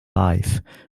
life